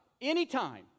anytime